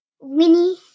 Winnie